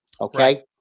okay